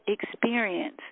experience